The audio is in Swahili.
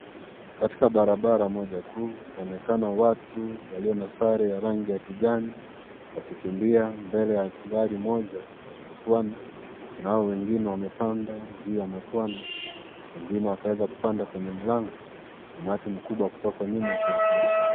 Katika barabara moja kuu kunaonekana watu walio na sare ya rangi kijani wakikimbia mbele ya gari moja matwana na hao wengine wamepanda juu ya matwna wengine wakaweza kupanda kwenye mlango. Umati kubwa kutoka nyuma ukilikimbisha gari.